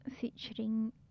featuring